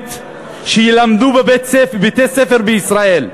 האסלאמית שילמדו בבתי-ספר בישראל,